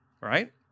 Right